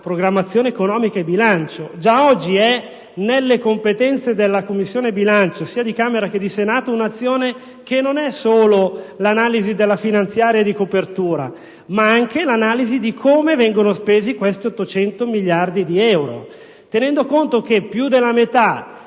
programmazione economica e bilancio: già oggi, nelle competenze delle Commissioni bilancio, sia della Camera che del Senato, vi è un'azione che non è solo quella di analisi della finanziaria e di analisi della copertura, ma anche di analisi di come vengono spesi questi 80 miliardi di euro. Tenendo conto che più della metà